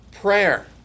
prayer